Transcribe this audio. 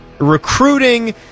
recruiting